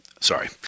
Sorry